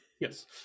Yes